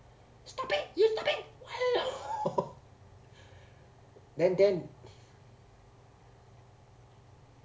stop it you stop it why then then